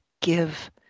give